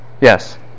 Yes